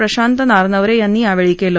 प्रशांत नारनवरे यांनी यावेळी केलं